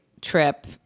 trip